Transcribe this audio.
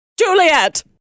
Juliet